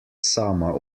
sama